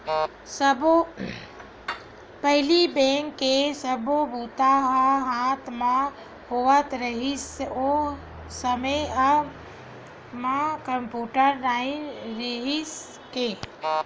पहिली बेंक के सब्बो बूता ह हाथ म होवत रिहिस, ओ समे म कम्प्यूटर नइ रिहिस हे